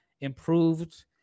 improved